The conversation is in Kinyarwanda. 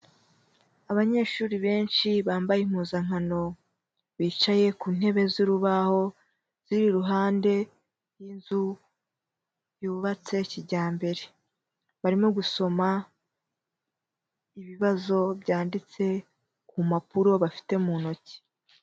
Abanyeshuri benshi bambaye impuzankano bicaye ku ntebe z'urubaho, ziri iruhande rw'inzu yubatse kijyambere. Barimo gusoma ibibazo byanditse ku mpapuro bafite mu ntoki.